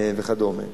וכדומה.